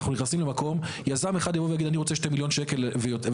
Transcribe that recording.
אנחנו נכנסים למקום שבו יזם אחד יגיד שהוא רוצה שני מיליון שקל ולצאת,